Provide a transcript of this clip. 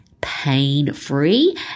pain-free